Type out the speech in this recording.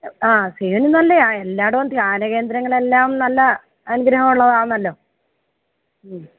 ആഹ് സിയിലും നല്ലെയാണ് എല്ലായിടവും ധ്യാനകേന്ദ്രങ്ങൾ എല്ലാം നല്ല അനുഗ്രഹം ഉള്ളതാന്നല്ലോ